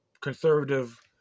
conservative